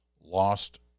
lost